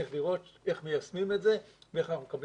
צריך לראות איך מיישמים את זה ואיך אנחנו מקבלים